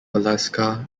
alaska